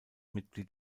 mitglied